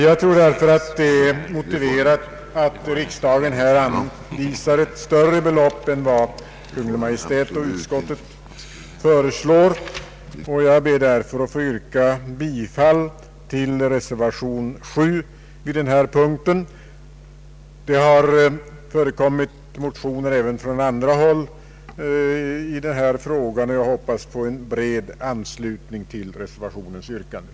Jag tror att det är motiverat att riksdagen anvisar ett större belopp än vad Kungl. Maj:t och utskottet föreslår, och jag ber därför att få yrka bifall till reservation a vid den här punkten. Det har förekommit motioner även från andra håll i frågan, och jag hoppas på en bred anslutning till reservationens yrkande.